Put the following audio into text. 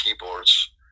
keyboards